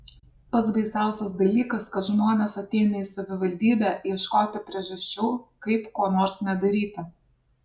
pats baisiausias dalykas kad žmonės ateina į savivaldybę ieškoti priežasčių kaip ko nors nedaryti